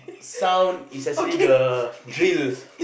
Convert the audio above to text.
sound is actually the drill